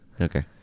okay